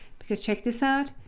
because check this out.